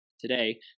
today